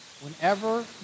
Whenever